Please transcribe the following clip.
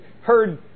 heard